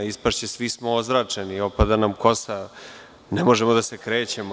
Ispašće – svi smo ozračeni, opada nam kosa, ne možemo da se krećemo.